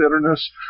bitterness